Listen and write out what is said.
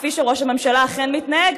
כפי שראש הממשלה אכן מתנהג,